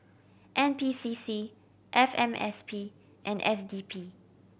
N P C C F M S P and S D P